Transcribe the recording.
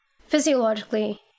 physiologically